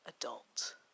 adult